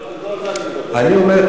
לא על זה אני מדבר.